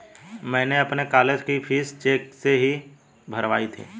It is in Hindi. मैंने अपनी कॉलेज की फीस चेक से ही भरवाई थी